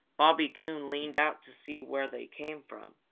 bobby coon leaned out to see where they came from,